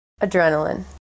Adrenaline